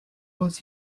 was